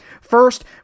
First